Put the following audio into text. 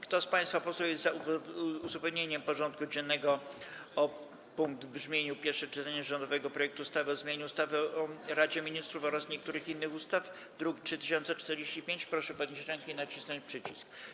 Kto z państwa posłów jest za uzupełnieniem porządku dziennego o punkt w brzmieniu: Pierwsze czytanie rządowego projektu ustawy o zmianie ustawy o Radzie Ministrów oraz niektórych innych ustaw, druk nr 3045, proszę podnieść rękę i nacisnąć przycisk.